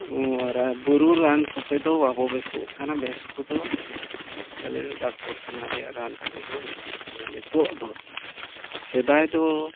ᱵᱩᱨᱩ ᱨᱟᱱ ᱠᱚᱛᱮ ᱫᱚ ᱵᱟᱵᱚ ᱵᱮᱥᱚᱜ ᱠᱟᱱᱟ ᱵᱮᱥ ᱠᱚᱫᱚ ᱠᱷᱟᱹᱞᱤ ᱰᱟᱠᱛᱚᱨ ᱠᱷᱟᱱᱟ ᱨᱮᱭᱟᱜ ᱨᱟᱱ ᱛᱮᱜᱮ ᱵᱚᱱ ᱵᱮᱥᱚᱜ ᱠᱟᱱᱟ ᱱᱤᱛᱚᱜ ᱫᱚ ᱥᱮᱫᱟᱭ ᱫᱚ